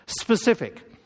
specific